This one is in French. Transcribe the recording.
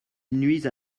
nuisent